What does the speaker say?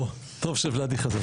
אוה, טוב שוולדי חזר.